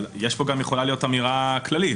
אבל יכולה להיות אמירה כללית.